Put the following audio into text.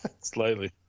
slightly